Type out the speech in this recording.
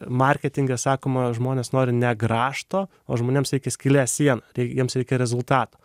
marketinge sakoma žmonės nori ne grąžto o žmonėms reikia skylės sienoje jiems reikia rezultato